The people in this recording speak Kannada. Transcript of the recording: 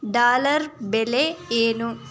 ಡಾಲರ್ ಬೆಲೆ ಏನು